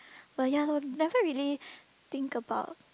but ya lor never really think about